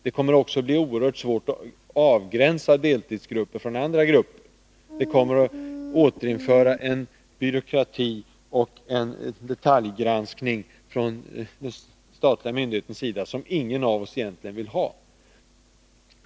Det kommer också att bli svårt att avgränsa deltidsgrupper från andra grupper. Man tvingas då att återinföra en byråkrati och detaljgranskning från den statliga myndighetens sida som ingen av oss egentligen vill ha.